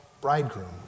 bridegroom